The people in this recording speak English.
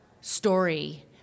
story